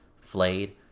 flayed